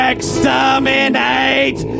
Exterminate